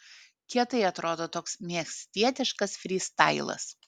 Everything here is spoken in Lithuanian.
kietai atrodo toks miestietiškas frystailas